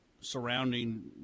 surrounding